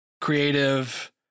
creative